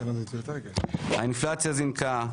האינפלציה זינקה,